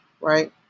right